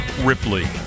Ripley